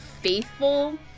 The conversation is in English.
faithful